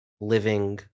living